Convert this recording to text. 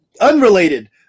unrelated